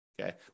okay